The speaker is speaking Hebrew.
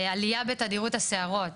עלייה בתדירות הסערות